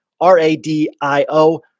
r-a-d-i-o